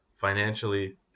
financially